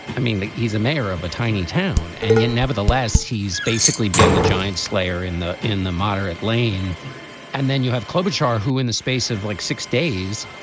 i mean, he's a mayor of a tiny town. and yet nevertheless, he's basically been the giant slayer in the in the moderate lane and then you have klobuchar, who in the space of like six days